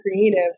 creative